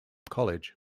college